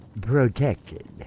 protected